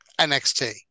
NXT